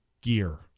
gear